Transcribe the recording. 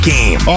Game